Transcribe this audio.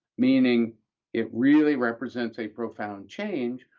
meaning it really represents a profound change,